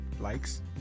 likes